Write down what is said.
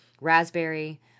raspberry